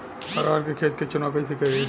अरहर के खेत के चुनाव कईसे करी?